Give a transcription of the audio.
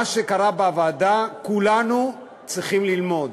מה שקרה בוועדה, כולנו צריכים ללמוד,